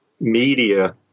media